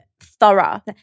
thorough